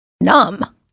numb